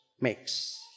makes